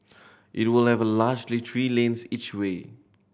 it will largely three lanes each way